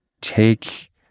take